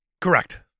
Correct